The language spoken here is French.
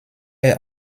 est